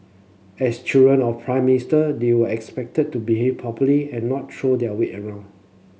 as children of Prime Minister they were expected to behave properly and not throw their weight around